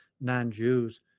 non-Jews